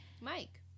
Mike